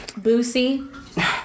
Boosie